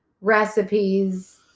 recipes